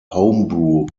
homebrew